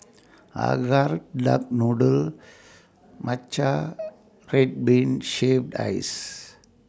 Acar Duck Noodle Matcha Red Bean Shaved Ice